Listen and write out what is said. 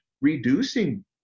reducing